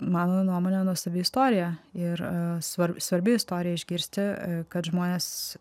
mano nuomone nuostabi istorija ir svar svarbi istorija išgirsti kad žmonės